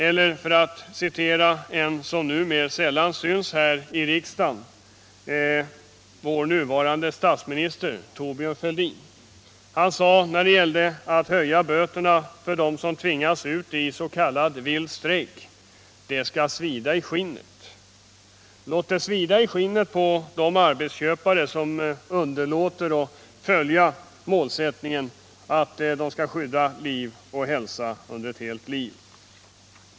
Eller, för att citera ett uttalande av en person som numera sällan syns här i riksdagen, vår nuvarande statsminister Thorbjörn Fälldin, när det gällde att höja böterna för dem som tvingas gå ut is.k. vild strejk: ”det ska svida i skinnet”. Låt det svida i skinnet på de arbetsköpare som underlåter att följa målsättningen att skydda liv och hälsa under ett helt liv!